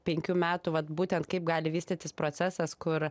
penkių metų vat būtent kaip gali vystytis procesas kur